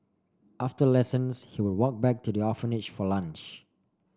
after lessons he would walk back to the orphanage for lunch